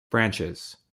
branches